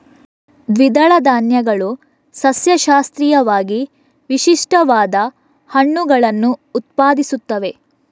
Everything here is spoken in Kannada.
ದ್ವಿದಳ ಧಾನ್ಯಗಳು ಸಸ್ಯಶಾಸ್ತ್ರೀಯವಾಗಿ ವಿಶಿಷ್ಟವಾದ ಹಣ್ಣುಗಳನ್ನು ಉತ್ಪಾದಿಸುತ್ತವೆ